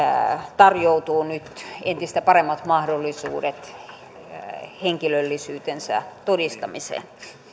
tarjoutuu nyt entistä paremmat mahdollisuudet henkilöllisyytensä todistamiseen